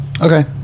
Okay